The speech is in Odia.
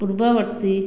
ପୂର୍ବବର୍ତ୍ତୀ